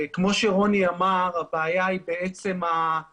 כמו שרוני אמר, הבעיה היא המפרטים